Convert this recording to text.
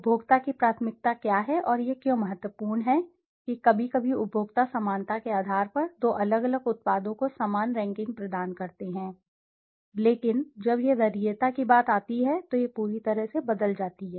उपभोक्ता की प्राथमिकता क्या है और यह क्यों महत्वपूर्ण है कि कभी कभी उपभोक्ता समानता के आधार पर दो अलग अलग उत्पादों को समान रैंकिंग प्रदान करते हैं लेकिन जब यह वरीयता की बात आती है तो यह पूरी तरह से बदल जाती है